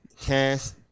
cast